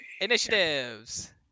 Initiatives